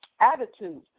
attitude